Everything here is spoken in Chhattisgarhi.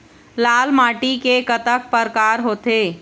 लाल माटी के कतक परकार होथे?